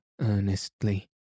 earnestly